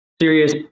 serious